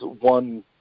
one